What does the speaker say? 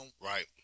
Right